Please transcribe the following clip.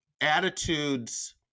attitudes